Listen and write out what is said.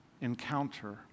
encounter